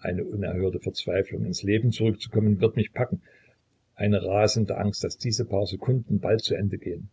eine unerhörte verzweiflung ins leben zurück zu kommen wird mich packen eine rasende angst daß diese paar sekunden bald zu ende gehen